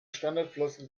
standardfloskel